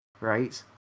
right